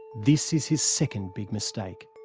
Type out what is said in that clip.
this is his second big mistake.